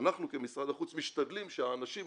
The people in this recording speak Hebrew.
אנחנו כמשרד החוץ משתדלים שהגורמים